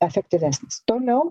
efektyvesnis toliau